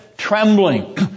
Trembling